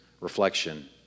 reflection